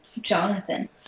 jonathan